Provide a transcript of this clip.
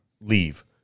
leave